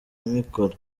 amikoro